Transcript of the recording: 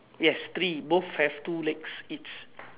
yes three both have two legs each